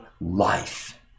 life